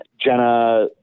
Jenna